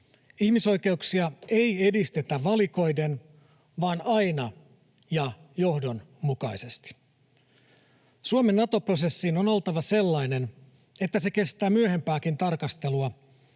Ihmisoikeuksia ei edistetä valikoiden vaan aina ja johdonmukaisesti. Suomen Nato-prosessin on oltava sellainen, että se kestää myöhempääkin tarkastelua